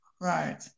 Right